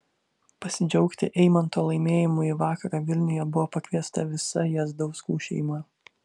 pasidžiaugti eimanto laimėjimu į vakarą vilniuje buvo pakviesta visa jazdauskų šeima